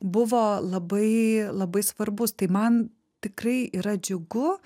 buvo labai labai svarbus tai man tikrai yra džiugu